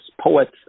poets